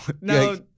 No